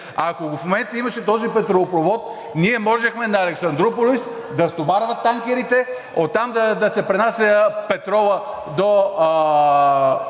ако в момента го имаше този петролопровод, ние можехме на Александруполис да стоварваме танкерите, оттам да се пренася петролът до